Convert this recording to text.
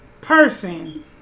person